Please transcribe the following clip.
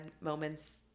moments